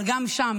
אבל גם משם